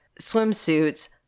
swimsuits